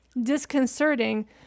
disconcerting